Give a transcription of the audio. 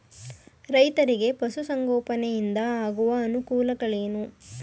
ರೈತರಿಗೆ ಪಶು ಸಂಗೋಪನೆಯಿಂದ ಆಗುವ ಅನುಕೂಲಗಳೇನು?